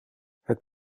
het